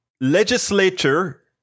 legislature